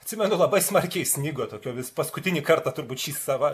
atsimenu labai smarkiai snigo tokio vis paskutinį kartą turbūt šį sava